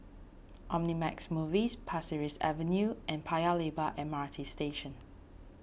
Omnimax Movies Pasir Ris Avenue and Paya Lebar M R T Station